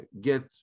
get